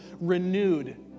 renewed